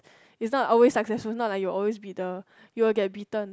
he's not always successful not like he will always be the he will get beaten